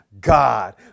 God